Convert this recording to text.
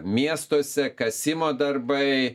miestuose kasimo darbai